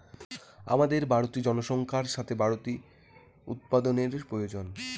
হামাদের বাড়তি জনসংখ্যার সাথে বাড়তি উৎপাদানের প্রয়োজন